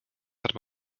hatte